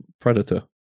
predator